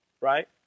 Right